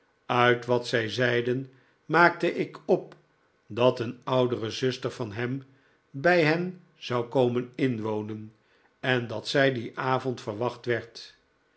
uit wat zij zeiden maakte ik op dat een oudere zuster van hem bij hen zou komen inwonen en dat zij dien avond verwacht werd